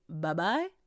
bye-bye